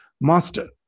Master